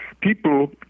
people